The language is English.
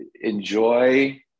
enjoy